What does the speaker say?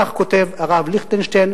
כך כותב הרב ליכטנשטיין,